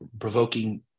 provoking